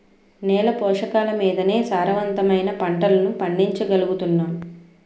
నేల పోషకాలమీదనే సారవంతమైన పంటలను పండించగలుగుతున్నాం